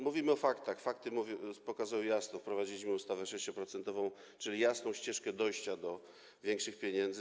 Mówimy o faktach, a z faktów wynika jasno - wprowadziliśmy ustawę 6-procentową, czyli jasną ścieżkę dojścia do większych pieniędzy.